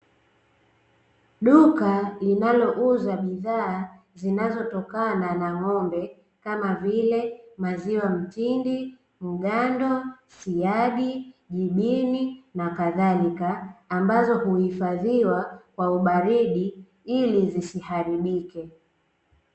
Duka linalouza bidhaa zinazotokana na ng'ombe kama vile maziwa mtindi, mgando, siagi, jibini na kadhalika ambazo huhifadhiwa kwa ubaridi ili zisiharibike.